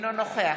אינו נוכח